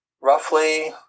roughly